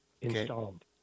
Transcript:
installed